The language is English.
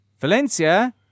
Valencia